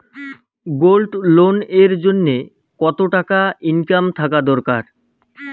Gold loan এর জইন্যে কতো টাকা ইনকাম থাকা দরকার?